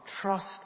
trust